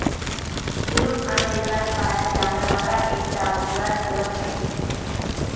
Duroc अमेरिकात पाया जाने वाला एक टा भूरा सूअर छे